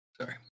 Sorry